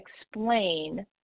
explain